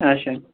اچھا